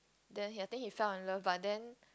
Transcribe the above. then I think he fell in love but then